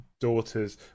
daughters